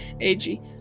Ag